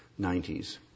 90s